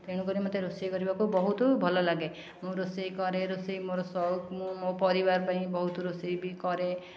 ତେଣୁ କରି ମୋତେ ରୋଷେଇ କରିବାକୁ ବହୁତ ଭଲ ଲାଗେ ମୁଁ ରୋଷେଇ କରେ ରୋଷେଇ ମୋର ସଉକ ମୁଁ ମୋ ପରିବାର ପାଇଁ ବହୁତ ରୋଷେଇ ବି କରେ